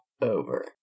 over